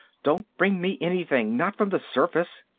don't bring me anything! not from the surface!